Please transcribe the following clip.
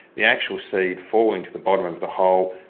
the actual seed fall into the bottom of the hole,